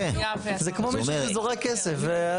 זה כמו מישהו שזורק כסף.